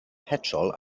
petrol